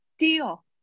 Deal